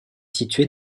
située